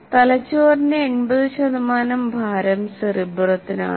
തലച്ചോറിന്റെ 80 ഭാരം സെറിബ്രത്തിനാണ്